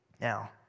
Now